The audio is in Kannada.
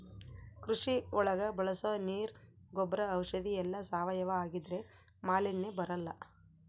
ಕೃಷಿ ಒಳಗ ಬಳಸೋ ನೀರ್ ಗೊಬ್ರ ಔಷಧಿ ಎಲ್ಲ ಸಾವಯವ ಆಗಿದ್ರೆ ಮಾಲಿನ್ಯ ಬರಲ್ಲ